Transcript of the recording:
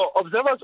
observers